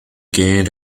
gained